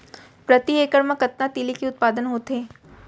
प्रति एकड़ मा कतना तिलि के उत्पादन होथे?